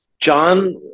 John